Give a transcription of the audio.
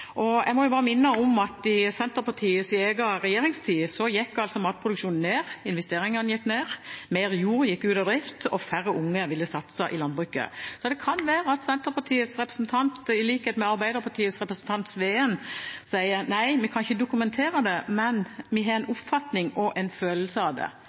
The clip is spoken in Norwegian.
bare minne om at i Senterpartiets egen regjeringstid gikk matproduksjonen ned, investeringene gikk ned, mer jord gikk ut av drift, og færre unge ville satse i landbruket. Det kan være at Senterpartiets representant i likhet med Arbeiderpartiets representant Sveen sier at nei, de kan ikke dokumentere det, men de har en oppfatning og en følelse av det.